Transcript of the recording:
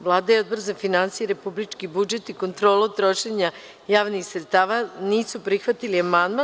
Vlada i Odbor za finansije, republički budžet i kontrolu trošenja javnih sredstava nisu prihvatili amandman.